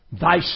thy